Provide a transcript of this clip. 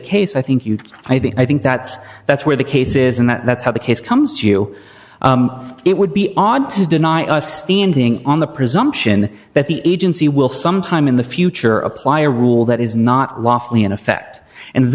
case i think you i think i think that's that's where the case is and that's how the case comes to you it would be odd to deny us standing on the presumption that the agency will sometime in the future apply a rule that is not lawfully in effect and